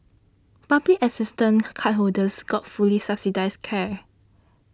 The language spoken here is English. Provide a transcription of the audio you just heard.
public assistance cardholders got fully subsidised care